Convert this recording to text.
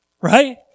right